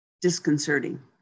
disconcerting